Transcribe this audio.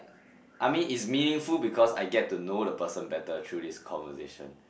I mean it's meaningful because I get to know the person better through this conversation